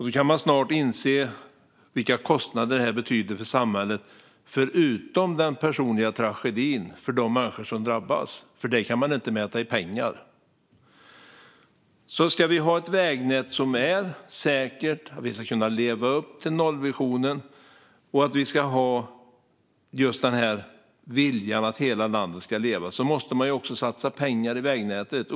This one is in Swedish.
Då kan man snabbt inse vilka kostnader detta betyder för samhället, förutom den personliga tragedin för de människor som drabbas, för det kan inte mätas i pengar. Om vi ska ha ett vägnät som är säkert, om vi ska kunna leva upp till nollvisionen och om vi har viljan att hela landet ska leva måste vi satsa pengar på vägnätet.